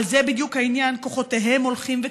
אבל זה בדיוק העניין: כוחותיהם הולכים וכלים.